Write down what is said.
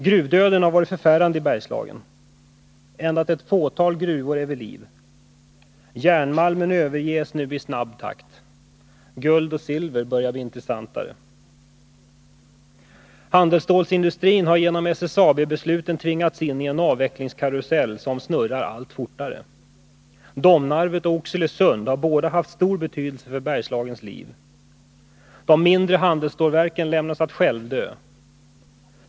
/ Gruvdöden har varit förfärande i Bergslagen. Endast ett fåtal gruvor är vid liv. Järnmalmen överges nu i snabb takt. Guld och silver börjar bli intressantare. Handelsstålsindustrin har genom SSAB-besluten tvingats in i en avvecklingskarusell som nu snurrar allt fortare. Domnarvet och Oxelösund har båda haft stor betydelse för Bergslagens liv. De mindre handelsstålverken lämnas att självdö.